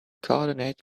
coordinate